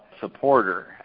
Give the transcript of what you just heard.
supporter